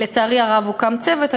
לצערי הרב הוקם צוות,